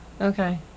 Okay